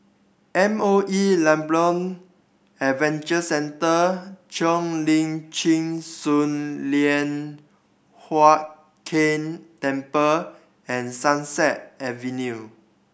M O E Labrador Adventure Centre Cheo Lim Chin Sun Lian Hup Keng Temple and Sunset Avenue